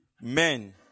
Men